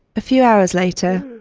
a few hours later,